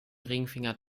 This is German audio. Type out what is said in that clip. ringfinger